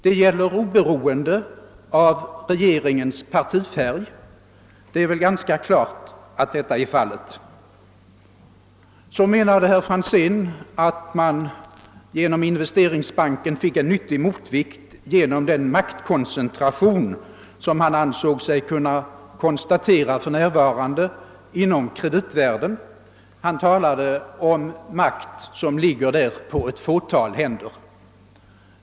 Detta gäller oberoende av regeringens partifärg — och det är väl ganska klart att så är fallet. Så menade herr Franzén att man genom Investeringsbanken fick en nyttig motvikt med tanke på den maktkoncentration som enligt hans åsikt för närvarande kan konstateras inom kreditväsendet. Han talade om den makt som där skulle ligga samlad på ett fåtal händer.